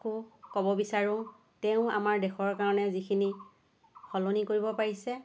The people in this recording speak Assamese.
ক'ব বিচাৰোঁ তেওঁ আমাৰ দেশৰ কাৰণে যিখিনি সলনি কৰিব পাৰিছে